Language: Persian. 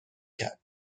کرد